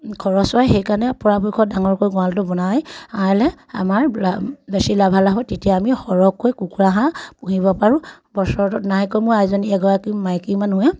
খৰচ হয় সেইকাৰণে পৰাপক্ষত ডাঙৰকৈ গৰাঁলটো বনালে আমাৰ বেছি লাভালাভ তেতিয়া আমি সৰহকৈ কুকুৰা হাঁহ পুহিব পাৰোঁ বছৰত নাই কমেও এজনী এগৰাকী মাইকী মানুহে